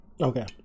Okay